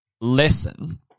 lesson